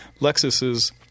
Lexus's